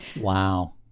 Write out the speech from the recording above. Wow